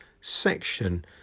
section